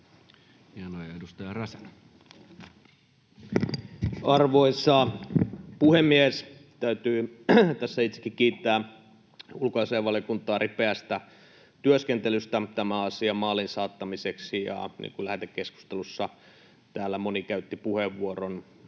Ja edustaja Räsänen. Arvoisa puhemies! Täytyy tässä itsekin kiittää ulkoasiainvaliokuntaa ripeästä työskentelystä tämän asian maaliin saattamiseksi. Lähetekeskustelussa moni käytti täällä puheenvuoron